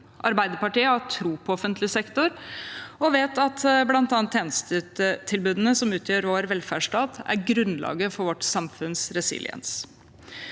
Arbeiderpartiet har tro på offentlig sektor og vet at bl.a. tjenestetilbudene som utgjør vår velferdsstat, er grunnlaget for vårt samfunns resiliens.